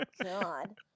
God